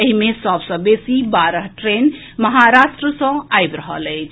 एहि मे सभ सॅ बेसी बारह ट्रेन महाराष्ट्र सॅ आबि रहल अछि